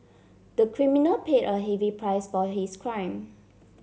the criminal paid a heavy price for his crime